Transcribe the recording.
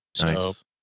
Nice